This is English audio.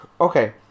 okay